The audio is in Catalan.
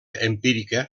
empírica